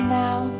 now